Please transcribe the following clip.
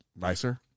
nicer